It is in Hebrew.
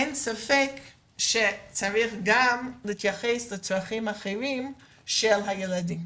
אין ספק שצריך גם להתייחס לצרכים אחרים של הילדים.